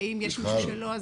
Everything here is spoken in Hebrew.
ואם יש מישהו שלא --- מיכל,